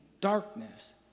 darkness